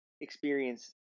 experience